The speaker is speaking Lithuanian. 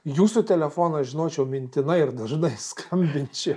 jūsų telefoną žinočiau mintinai ir dažnai skambinčiau